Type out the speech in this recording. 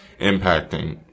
impacting